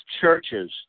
churches